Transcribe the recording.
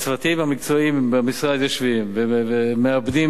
הצוותים המקצועיים במשרד יושבים ומעבדים